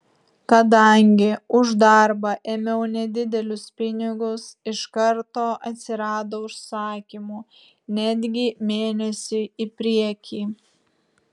kadangi už darbą ėmiau nedidelius pinigus iš karto atsirado užsakymų netgi mėnesiui į priekį